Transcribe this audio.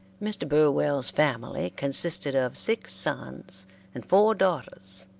mr. burwell's family consisted of six sons and four daughters,